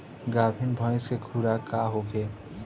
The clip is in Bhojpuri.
गाभिन भैंस के खुराक का होखे?